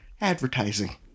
Advertising